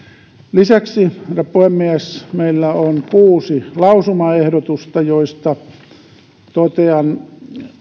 lisäksi herra puhemies meillä on kuusi lausumaehdotusta joista totean